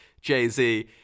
Jay-Z